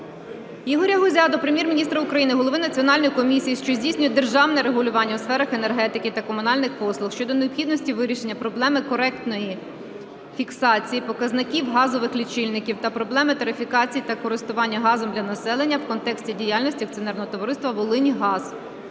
Ігоря Гузя до Прем'єр-міністра України, Голови Національної комісії, що здійснює державне регулювання у сферах енергетики та комунальних послуг щодо необхідності вирішення проблеми коректної фіксації показників газових лічильників та проблеми тарифікації за користування газом для населення, в контексті діяльності Акціонерного товариства "Волиньгаз"